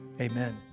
amen